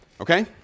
okay